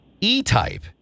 E-Type